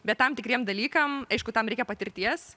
bet tam tikriem dalykam aišku tam reikia patirties